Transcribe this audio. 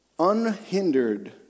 unhindered